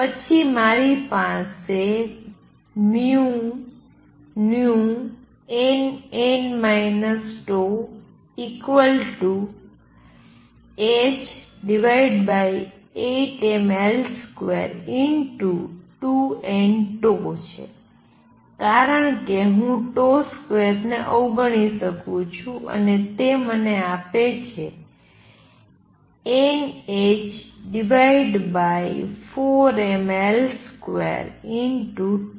પછી મારી પાસે છે nn τh8mL22nτ કારણ કે હું 2 ને અવગણી શકું છું અને તે તમને આપે છે nh4ml2τ